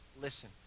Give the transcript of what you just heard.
listen